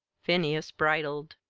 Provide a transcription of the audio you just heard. phineas bridled.